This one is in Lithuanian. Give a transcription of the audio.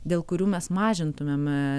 dėl kurių mes mažintumėm